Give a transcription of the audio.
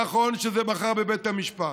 נכון שזה מחר בבית המשפט,